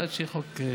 עד שתחוקק,